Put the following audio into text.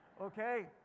okay